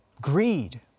greed